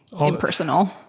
impersonal